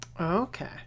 Okay